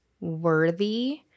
worthy